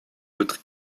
notre